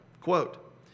Quote